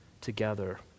together